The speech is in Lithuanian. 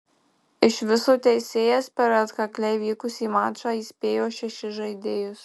iš viso teisėjas per atkakliai vykusį mačą įspėjo šešis žaidėjus